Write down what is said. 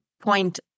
point